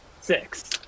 Six